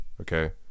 okay